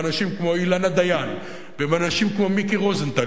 ואנשים כמו אילנה דיין ואנשים כמו מיקי רוזנטל,